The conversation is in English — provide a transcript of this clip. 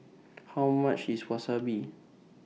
How much IS Wasabi